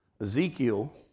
Ezekiel